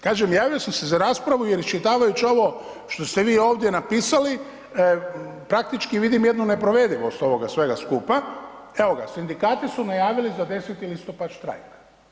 Kažem, javio sam se za raspravu jer iščitavajući ovo što ste vi ovdje napisali, praktički vidim jednu neprovedivost ovoga svega skupa, evo ga, sindikati su najavili za 10. listopad štrajk.